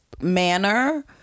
manner